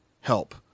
help